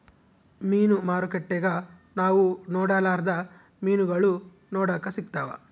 ಮೀನು ಮಾರುಕಟ್ಟೆಗ ನಾವು ನೊಡರ್ಲಾದ ಮೀನುಗಳು ನೋಡಕ ಸಿಕ್ತವಾ